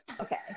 Okay